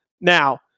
Now